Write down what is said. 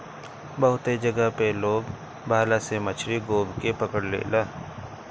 बहुते जगह पे लोग भाला से मछरी गोभ के पकड़ लेला